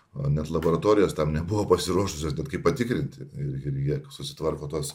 net laboratorijos tam nebuvo pasiruošusios kaip patikrinti ir ir jie susitvarko tuos